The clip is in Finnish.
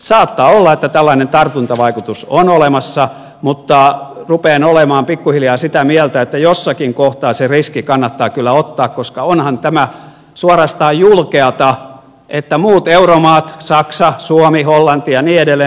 saattaa olla että tällainen tartuntavaikutus on olemassa mutta rupean olemaan pikkuhiljaa sitä mieltä että jossakin kohtaa se riski kannattaa kyllä ottaa koska onhan tämä suorastaan julkeata että muut euromaat saksa suomi hollanti ja niin edelleen